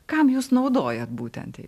kam jūs naudojate būtent taip